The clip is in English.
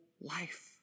life